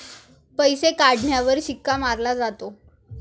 पैसे काढण्यावर शिक्का मारला जातो